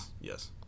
yes